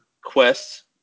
quests